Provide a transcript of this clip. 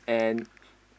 and